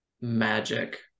magic